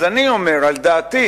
אז אני אומר, על דעתי,